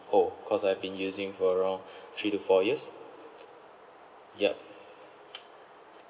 old cause I've been using for around three to four years yup